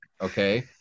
okay